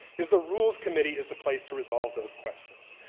is the rules committee is the place to resolve those questions.